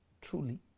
truly